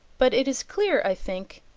but it is clear, i think,